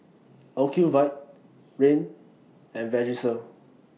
Ocuvite Rene and Vagisil